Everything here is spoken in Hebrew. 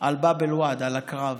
על באב אל-ואד, על הקרב,